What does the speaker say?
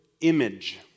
image